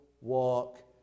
walk